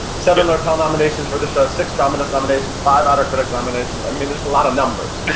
several lortel nominations for the show, six drama desk nominations, five outer critics nominations, i mean there's a lot of numbers. and